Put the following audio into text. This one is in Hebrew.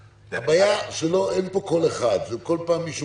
הבעיה שאין פה קול אחד, ובכל פעם מישהו